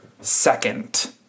second